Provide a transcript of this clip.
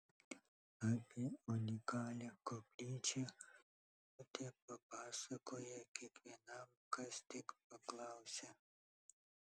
apie unikalią koplyčią onutė papasakoja kiekvienam kas tik paklausia